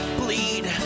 bleed